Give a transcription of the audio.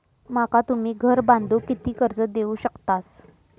माका तुम्ही घर बांधूक किती कर्ज देवू शकतास?